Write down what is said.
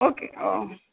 okay हो